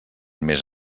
més